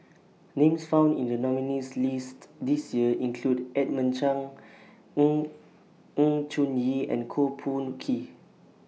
Names found in The nominees' list This Year include Edmund Cheng in in Choon Yee and Koh Poh